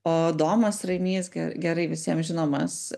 o adomas rainys ge gerai visiems žinomas